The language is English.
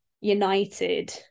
United